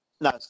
No